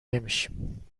نمیشیم